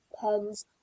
pens